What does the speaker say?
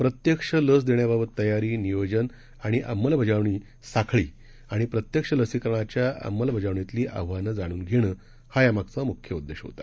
प्रत्यक्षलसदेण्याबाबततयारी नियोजनआणिअंमलबजावणीसाखळीआणिप्रत्यक्षलसीकरणाच्याअंमलबजावणीतलीआव्हानं जाणूनघेणंयामागचाम्ख्यउददेशआहे